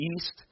east